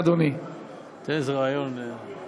אשא עיני אל הרים מאין יבֹא